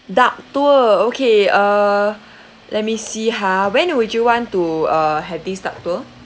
duck tour okay uh let me see ha when would you want to uh have this duck tour